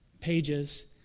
pages